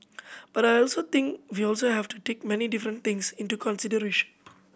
but I also think we also have to take many different things into consideration